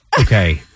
Okay